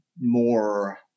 more